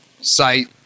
site